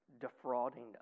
defrauding